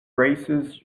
braces